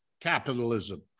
capitalism